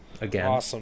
Again